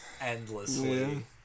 endlessly